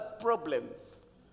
problems